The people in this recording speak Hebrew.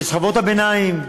לשכבות הביניים.